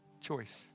choice